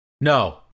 No